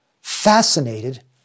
fascinated